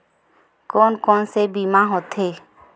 कोन कोन से बीमा होथे?